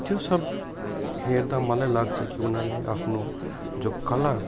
त त्यो सब हेर्दा मलाई लाग्छ कि उनीहरूले आफ्नो जो कला